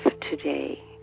today